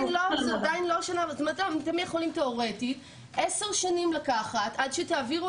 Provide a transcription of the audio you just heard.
אתם יכולים תיאורטית 10 שנים לקחת עד שתעבירו